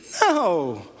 No